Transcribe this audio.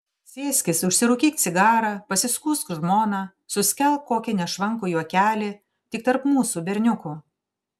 sėskis užsirūkyk cigarą pasiskųsk žmona suskelk kokį nešvankų juokelį tik tarp mūsų berniukų